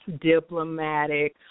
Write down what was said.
Diplomatic